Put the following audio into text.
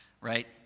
right